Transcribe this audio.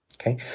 Okay